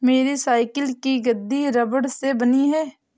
मेरी साइकिल की गद्दी रबड़ से बनी है